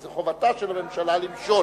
זאת חובתה של הממשלה למשול,